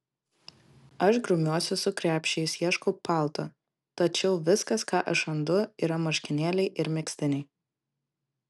aš grumiuosi su krepšiais ieškau palto tačiau viskas ką aš randu yra marškinėliai ir megztiniai